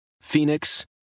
Phoenix